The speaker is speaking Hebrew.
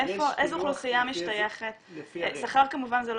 לאיזו אוכלוסייה משתייכת --- יש פילוח לפי --- שכר כמובן זה לא